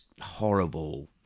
horrible